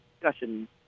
discussion